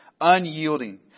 Unyielding